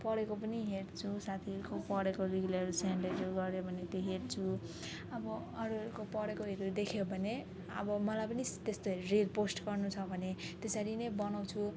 पढेको पनि हेर्छु साथीहरूको पढेको रिलहरू चाहिँ लेख्यो गर्यो भने ती हेर्छु अब अरूहरूको पढेकोहरू देख्यो भने अब मलाई पनि त्यस्तो रिल पोस्ट गर्नु छ भने त्यसरी नै बनाउँछु